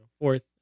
Fourth